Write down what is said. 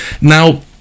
Now